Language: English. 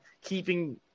keeping